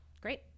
Great